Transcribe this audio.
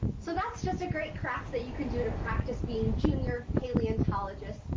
so that's just a great craft that you can do to practice being junior paleontologists.